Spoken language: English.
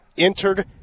entered